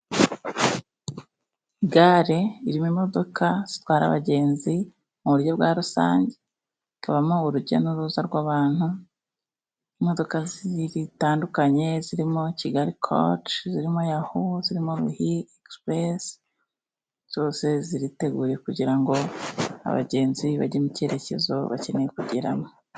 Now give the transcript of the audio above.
Gare irimo imodoka zitwara abagenzi mu buryo bwa rusange, tubamo urujya n'uruza rw'abantu. Imodoka zitandukanye zirimo Kigali koci, zirimo Yaho, zirimo Ruhire egisipuresi, zose ziriteguye kugira ngo abagenzi bajye mu cyerekezo bakeneye kugeramo.